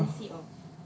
oh ya ah